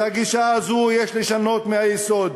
את הגישה הזו יש לשנות מהיסוד.